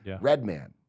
Redman